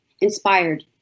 inspired